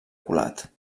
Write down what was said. colat